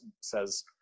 says